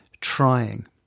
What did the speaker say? trying